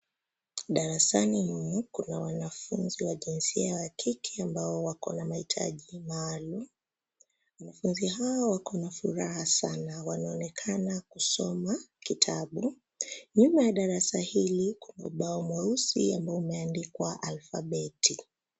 Darasani humu kuna wanafunzi wa jinsia ya kike ambao wakona mahitaji maalum. Wanafunzi hawa wakona furaha sana wanaonekana kusoma kitabu. Nyuma ya darasa hili kuna bao mweusi ambao umeandikwa alfabeti.